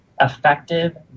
effective